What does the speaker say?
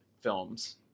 films